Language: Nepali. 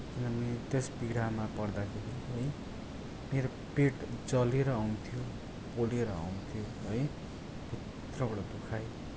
किनभने त्यस पीडामा पर्दाखेरि है मेरो पेट जलेर आउँथ्यो पोलेर आउँथ्यो है भित्रबाट दुखाइ